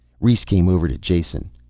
rhes came over to jason.